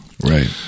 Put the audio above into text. Right